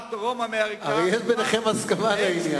שפעת דרום-אמריקה, הרי, ביניכם הסכמה על העניין.